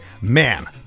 man